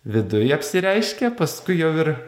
viduj apsireiškia paskui jau ir